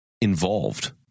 involved